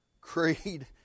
creed